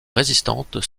résistantes